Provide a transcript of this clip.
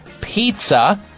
pizza